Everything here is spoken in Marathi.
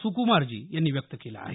सुकुमारजी यांनी व्यक्त केलं आहे